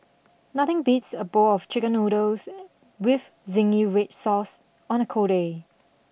nothing beats a bowl of chicken noodles with zingy Red Sauce on a cold day